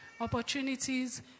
opportunities